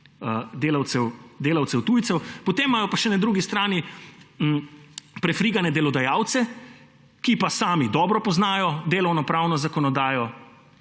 delavcev tujcev. Potem imajo pa še na drugi strani prefrigane delodajalce, ki pa sami dobro poznajo delovnopravno zakonodajo